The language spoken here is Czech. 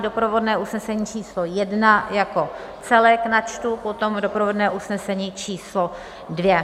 Doprovodné usnesení číslo jedna jako celek načtu, potom doprovodné usnesení číslo dvě.